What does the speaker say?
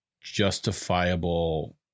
justifiable